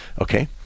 okay